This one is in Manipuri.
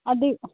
ꯑꯗꯨ